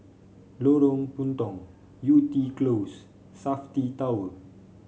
Lorong Puntong Yew Tee Close Safti Tower